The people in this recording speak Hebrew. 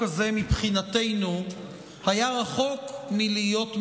הזה מבחינתנו היה רחוק מלהיות מיטבי,